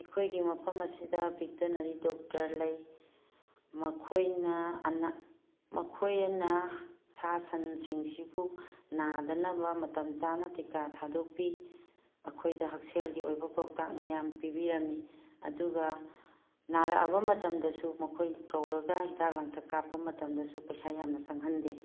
ꯑꯩꯈꯣꯏꯒꯤ ꯃꯐꯝ ꯑꯁꯤꯗ ꯚꯦꯇꯅꯔꯤ ꯗꯣꯛꯇꯔ ꯂꯩ ꯃꯈꯣꯏꯅ ꯑꯅꯥ ꯃꯈꯣꯏꯅ ꯁꯥ ꯁꯟꯁꯤꯡꯁꯤꯕꯨ ꯅꯥꯗꯅꯕ ꯃꯇꯝ ꯆꯥꯅ ꯇꯤꯀꯥ ꯊꯥꯗꯣꯛꯄꯤ ꯑꯩꯈꯣꯏꯗ ꯍꯛꯁꯦꯜꯒꯤ ꯑꯣꯏꯕ ꯄꯧꯇꯥꯛ ꯃꯌꯥꯝ ꯄꯤꯕꯤꯔꯝꯃꯤ ꯑꯗꯨꯒ ꯅꯥꯔꯛꯑꯕ ꯃꯇꯝꯗꯁꯨ ꯃꯈꯣꯏ ꯀꯧꯔꯒ ꯍꯤꯗꯥꯛ ꯂꯥꯡꯈꯛ ꯀꯥꯞꯄ ꯃꯇꯝꯗꯁꯨ ꯄꯩꯁꯥ ꯌꯥꯝꯅ ꯆꯪꯍꯟꯗꯦ